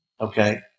Okay